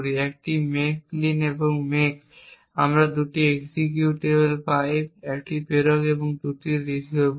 একটি make clean এবং make এবং আমরা 2টি এক্সিকিউটেবল পাই একটি প্রেরক এবং 2য়টি রিসিভার